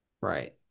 Right